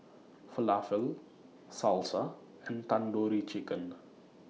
Falafel Salsa and Tandoori Chicken